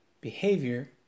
behavior